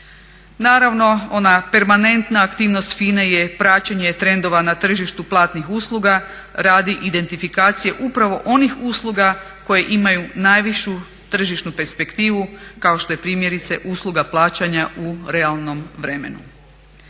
Naravno ona permanentna aktivnost FINA-e je praćenje trendova na tržištu platnih usluga radi identifikacije upravo onih usluga koje imaju najvišu tržišnu perspektivu kao što je primjerice usluga plaćanja u realnom vremenu.